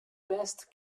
best